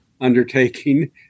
Undertaking